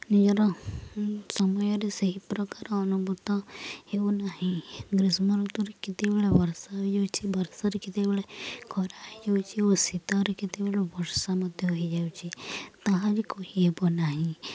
ନିଜର ସମୟରେ ସେହି ପ୍ରକାର ଅନୁଭୂତ ହେଉନାହିଁ ଗ୍ରୀଷ୍ମ ଋତୁରେ କେତେବେଳେ ବର୍ଷା ହୋଇଯାଉଛିି ବର୍ଷାରେ କେତେବେଳେ ଖରା ହୋଇଯାଉଛି ଓ ଶୀତରେ କେତେବେଳେ ବର୍ଷା ମଧ୍ୟ ହୋଇଯାଉଛି ତାହା ବି କହିହେବ ନାହିଁ